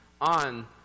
on